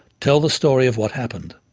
tell the story of what happened.